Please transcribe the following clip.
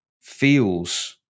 feels